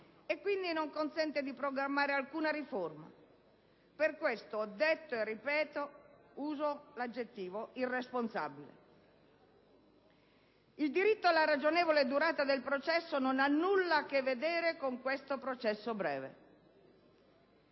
Ciò non consente di programmare alcuna riforma. Per questo - ho detto e ripeto - uso l'aggettivo irresponsabile. Il diritto alla ragionevole durata del processo non ha nulla a che vedere con questo processo breve.